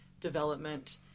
development